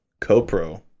Copro